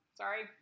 sorry